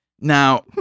Now